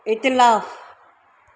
इतिलाफ़ु